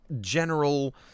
general